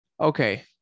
Okay